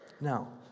Now